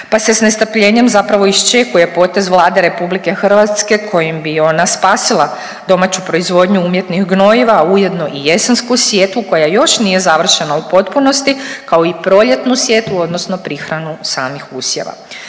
pa se s nestrpljenjem zapravo iščekuje potez Vlade Republike Hrvatske kojim bi ona spasila domaću proizvodnju umjetnih gnojiva, ujedno i jesensku sjetvu koja još nije završena u potpunosti kao i proljetnu sjetvu odnosno prihranu samih usjeva.